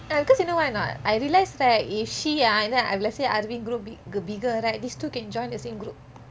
because you know why not I realise right if she ah then let's say if aravind grow big~ bigger right these two can join the same group